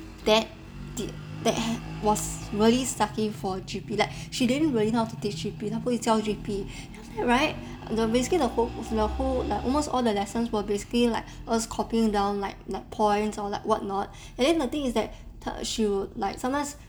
that di~ that was really sucky for G_P like she didn't really know how to teach G_P 他不会教 G_P then after that right 你懂 basically the whole of the whole of like almost all the lessons were basically like us copying down like like points or like what not and then the thing is that she would like sometimes